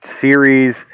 Series